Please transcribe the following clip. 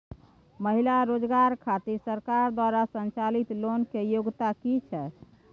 महिला रोजगार खातिर सरकार द्वारा संचालित लोन के योग्यता कि छै?